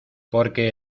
porque